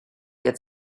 get